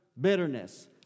bitterness